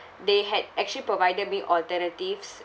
they had actually provided me alternatives